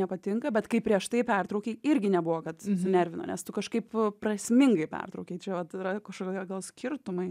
nepatinka bet kai prieš tai pertraukei irgi nebuvo kad sunervino nes tu kažkaip prasmingai pertraukei čia vat yra kažkokie gal skirtumai